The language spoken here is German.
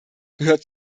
gehört